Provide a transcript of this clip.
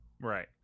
Right